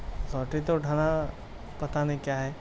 سوتی تو اٹھانا پتہ نہیں کیا ہے